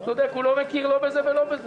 אתה צודק, הוא לא מכיר לא בזה ולא בזה.